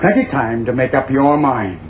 penny time to make up your mind